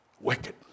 wicked